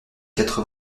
quatre